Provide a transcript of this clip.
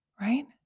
Right